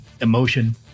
emotion